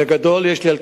לא